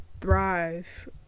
thrive